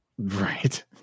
Right